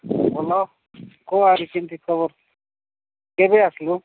ଭଲ କହ ଆରୁ କିନ୍ତି ଖବର କେବେ ଆସିବୁ